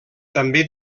també